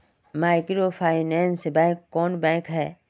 Microfinance bank कौन bank है?